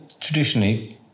traditionally